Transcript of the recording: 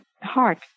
heart